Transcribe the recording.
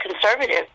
conservative